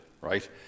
right